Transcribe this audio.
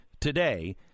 today